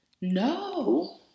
no